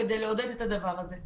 כדי לעודד את הדבר הזה.